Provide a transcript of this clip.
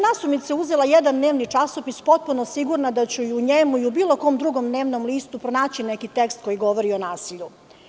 Nasumice sam uzela jedan dnevni časopis potpuno sigurna da ću u njemu ili bilo kom drugom dnevnom listu pronaći neki tekst koji govori o nasilju.